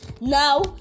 Now